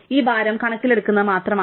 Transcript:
ഇത് ഭാരം കണക്കിലെടുക്കുന്നത് മാത്രമാണ്